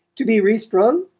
to be re-strung?